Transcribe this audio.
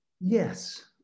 Yes